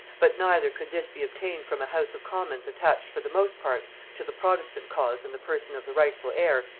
but neither could this be obtained from a house of commons attached for the most part to the protestant cause and the person of the rightful heir,